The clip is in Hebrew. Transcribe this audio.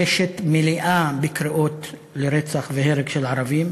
הרשת מלאה בקריאות לרצח והרג של ערבים,